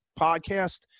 podcast